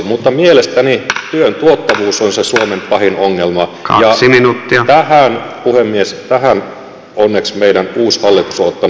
mutta mielestäni työn tuottavuus on se suomen pahin ongelma ja tähän puhemies onneksi meidän uusi hallitus on ottanut hyvän linjan